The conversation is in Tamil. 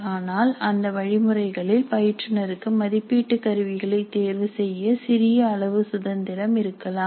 ஆனால் அந்த வழிமுறைகளில் பயிற்றுனறுக்கு மதிப்பீட்டு கருவிகளை தேர்வு செய்ய சிறிய அளவு சுதந்திரம் இருக்கலாம்